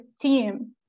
team